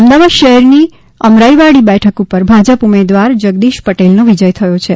અમદાવાદ શહેરની અમરાઇવાડી બેઠક ઊપર ભાજપ ઊમેદવાર જગદીશ પટેલનો વિજય થયો છે